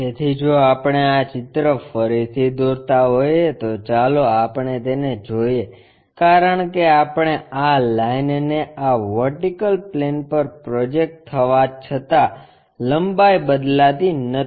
તેથી જો આપણે આ ચિત્ર ફરીથી દોરતા હોઈએ તો ચાલો આપણે તેને જોઈએ કારણ કે આપણે આં લાઈન ને આં વર્ટિકલ પ્લેન પર પ્રોજેક્ટ થવા છતાં લંબાઈ બદલાતી નથી